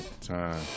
time